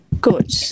Good